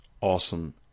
awesome